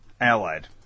Allied